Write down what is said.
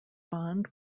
bond